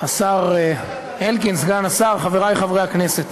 תודה רבה, השר אלקין, סגן השר, חברי חברי הכנסת,